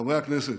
חברי הכנסת,